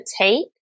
take